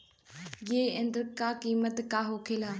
ए यंत्र का कीमत का होखेला?